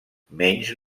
menys